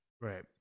Right